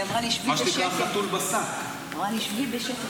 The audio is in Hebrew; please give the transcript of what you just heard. היא אמרה לי: שבי בשקט,